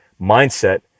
mindset